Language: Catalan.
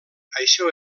això